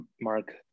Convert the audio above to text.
Mark